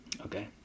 Okay